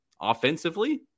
offensively